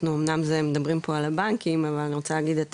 אנחנו אומנם מדברים פה על הבנקים אבל אני רוצה להגיד את